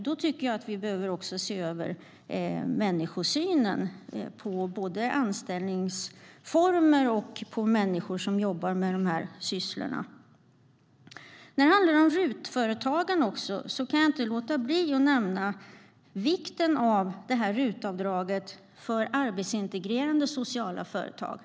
Då behöver vi se över människosynen i både anställningsformer och när det gäller människor som jobbar med detta. När det gäller RUT-företagen kan jag inte låta bli att nämna vikten av RUT-avdraget för arbetsintegrerande sociala företag.